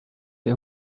või